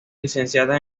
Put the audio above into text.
licenciada